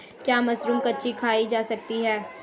क्या मशरूम कच्ची खाई जा सकती है?